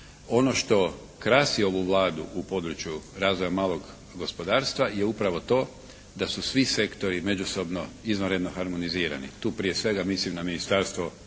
Ono što krasi ovu Vladu u području razvoja malog gospodarstva je upravo to da su svi sektori međusobno izvanredno harmonizirani. Tu prije svega mislim na Ministarstvo